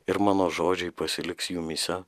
ir mano žodžiai pasiliks jumyse